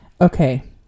Okay